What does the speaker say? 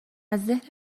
ذهن